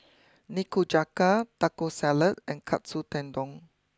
Nikujaga Taco Salad and Katsu Tendon